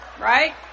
Right